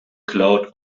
cloud